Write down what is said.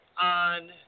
on